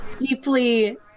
deeply